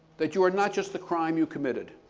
that you are not just the crime you committed.